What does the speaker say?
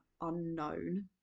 unknown